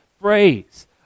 phrase